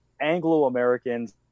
Anglo-Americans